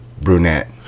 Brunette